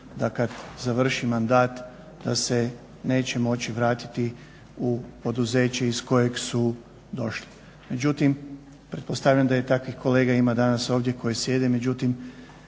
da kad završi mandat da se neće moći vratiti u poduzeće iz kojeg su došli. Međutim, pretpostavljam da i takvih kolega ima danas koji sjede,